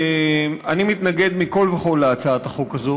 אני מתנגד מכול וכול להצעת החוק הזאת.